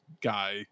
guy